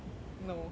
no